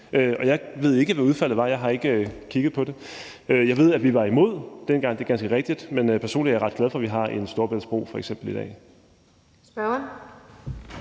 Jeg ved ikke, hvad udfaldet var. Jeg har ikke kigget på det. Jeg ved, at vi var imod dengang, det er ganske rigtigt. Men personligt er jeg ret glad for, at vi f.eks. har en Storebæltsbro i dag.